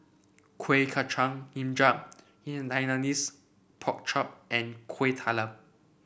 Kueh Kacang hijau in Hainanese Pork Chop and Kuih Talam